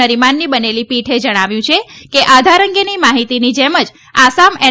નરીમનની બનેલી પીઠે જણાવ્યું છે કે આધાર અંગેની માહિતીની જેમજ આસામ એન